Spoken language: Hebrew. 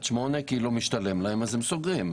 שמונה כי לא משתלם להן ואז הן סוגרות.